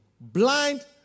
blind